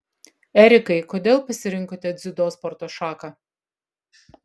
erikai kodėl pasirinkote dziudo sporto šaką